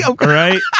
right